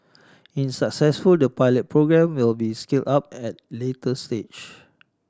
in successful the pilot programme will be scaled up at later stage